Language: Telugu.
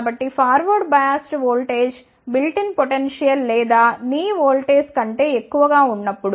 కాబట్టి forward biased voltage built in potential లేదా నీ వోల్టేజ్ కంటే ఎక్కువగా ఉన్నప్పుడు